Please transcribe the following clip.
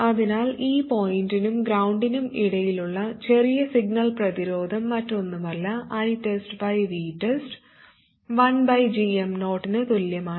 അതിനാൽ ഈ പോയിന്റിനും ഗ്രൌണ്ട്നും ഇടയിലുള്ള ചെറിയ സിഗ്നൽ പ്രതിരോധം മറ്റൊന്നുമല്ല ITEST ബൈ VTEST 1gm0 ന് തുല്യമാണ്